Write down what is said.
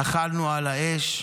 אכלנו על האש,